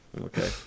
okay